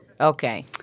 Okay